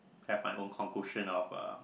have my own of uh